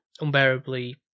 unbearably